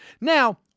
Now